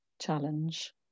challenge